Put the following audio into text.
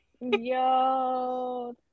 Yo